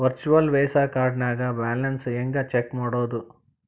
Virtual Visa ಕಾರ್ಡ್ನ್ಯಾಗ balance ಹೆಂಗ check ಮಾಡುದು?